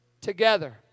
together